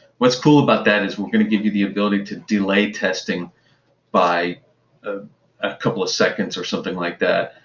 what's cool about that is we're going to give you the ability to delay testing by a ah couple of seconds or something like that,